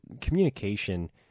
communication